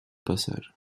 passage